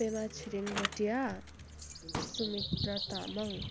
Pema Chhiring Bhotiya Sumitra Tamang